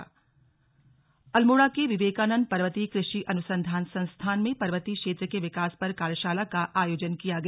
slug विकास कार्यशाला अल्मोड़ा के विवेकानंद पर्वतीय कृषि अनुसंधान संस्थान में पर्वतीय क्षेत्र के विकास पर कार्यशाला का आयोजन किया गया